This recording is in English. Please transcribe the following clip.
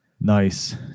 Nice